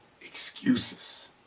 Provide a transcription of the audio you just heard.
Excuses